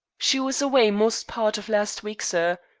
she was away most part of last week, sir,